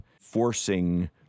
forcing